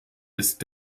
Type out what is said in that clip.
ist